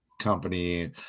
company